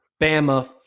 Bama